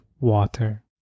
water